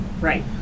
Right